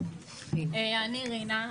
אני רינה,